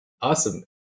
Awesome